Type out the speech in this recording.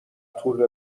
طول